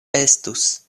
estus